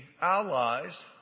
Allies